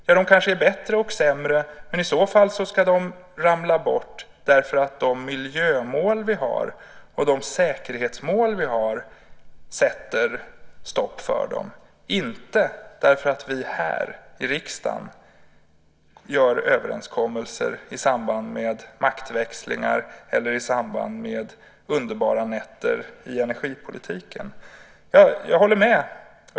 Jo, de kanske är bättre och sämre, men i så fall ska de ramla bort därför att de miljömål vi har och de säkerhetsmål vi har sätter stopp för dem, inte därför att vi här i riksdagen gör överenskommelser i samband med maktväxlingar eller i samband med underbara nätter i energipolitiken. Jag håller med.